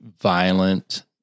violent